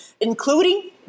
including